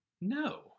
No